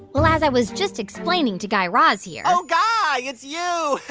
well, as i was just explaining to guy raz here. oh, guy, it's you.